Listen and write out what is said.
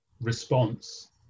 response